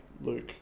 Luke